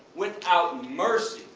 without mercy,